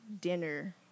dinner